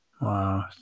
Wow